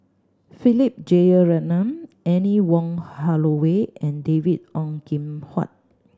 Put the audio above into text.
Philip Jeyaretnam Anne Wong Holloway and David Ong Kim Huat